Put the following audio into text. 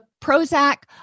prozac